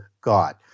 God